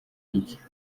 iki